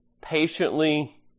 patiently